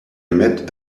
met